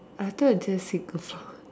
I thought just Singapore